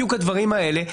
בדיוק הדברים האלה,